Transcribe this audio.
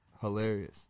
hilarious